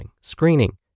screening